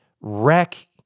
wreck